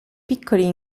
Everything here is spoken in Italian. piccoli